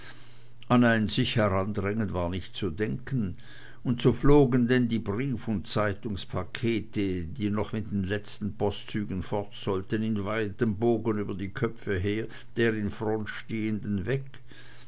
an ein sichherandrängen war nicht zu denken und so flogen denn die brief und zeitungspakete die noch mit den letzten postzügen fort sollten in weitem bogen über die köpfe der in front stehenden weg